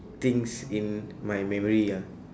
things in my memory ah